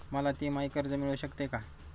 मला तिमाही कर्ज मिळू शकते का?